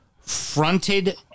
fronted